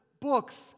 books